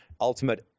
ultimate